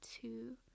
two